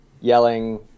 yelling